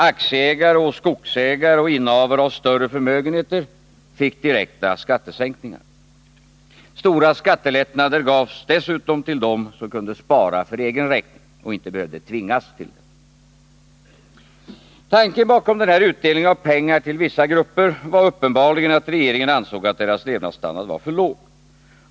Aktieägare och skogsägare samt innehavare av större förmögenheter fick direkta skattesänkningar. Stora skattelättnader gavs dessutom till dem som kunde spara för egen räkning och inte behövde tvingas till det. Tanken bakom denna utdelning av pengar till vissa grupper var uppenbarligen att regeringen ansåg att deras levnadsstandard var för låg.